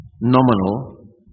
nominal